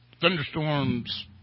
Thunderstorms